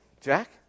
Jack